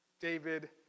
David